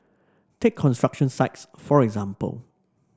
take construction sites for example